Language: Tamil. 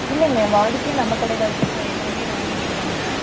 இல்லைங்க வாடிக்கையாக நம்ம கடையில் தான் எல்லாம் வாங்கிட்ருக்கோம்ங்க